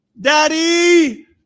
daddy